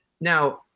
now